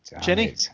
Jenny